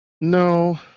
No